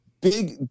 big